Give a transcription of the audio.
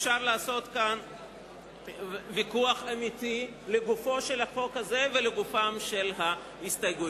אפשר לעשות כאן ויכוח אמיתי לגופו של החוק הזה ולגופן של ההסתייגויות.